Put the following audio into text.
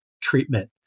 treatment